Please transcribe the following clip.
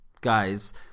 guys